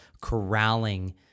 corralling